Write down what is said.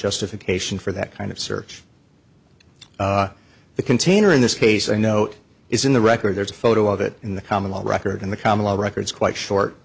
justification for that kind of search the container in this case i note is in the record there's a photo of it in the common the record in the common law records quite short